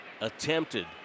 attempted